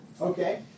okay